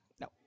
no